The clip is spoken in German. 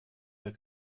der